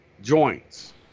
joints